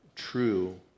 true